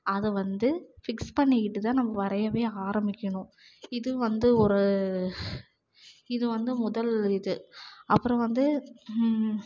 அதை வந்து ஃபிக்ஸ் பண்ணிக்கிட்டுதான் நம்ம வரையவே ஆரம்பிக்கணும் இது வந்து ஒரு இது வந்து முதல் இது அப்புறம் வந்து